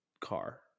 car